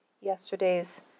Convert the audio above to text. yesterday's